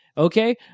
Okay